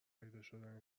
پیداشدن